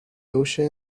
ocean